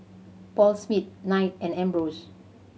Paul Smith Knight and Ambros